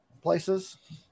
places